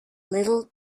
little